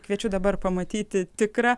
kviečiu dabar pamatyti tikrą